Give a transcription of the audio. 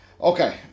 Okay